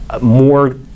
more